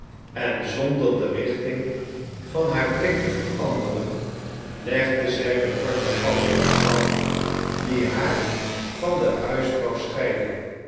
en zonder de richting van haar blik te veranderen legde zij den korten afstand af die haar van de huisvrouw scheidde